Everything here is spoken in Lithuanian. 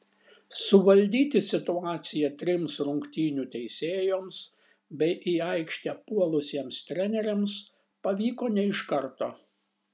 suvaldyti situaciją trims rungtynių teisėjoms bei į aikštę puolusiems treneriams pavyko ne iš karto